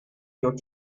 your